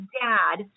dad